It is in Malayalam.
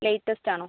ലേറ്റസ്റ്റാണോ